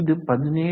இது 17